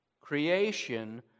Creation